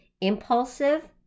impulsive